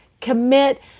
commit